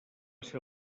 ser